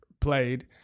played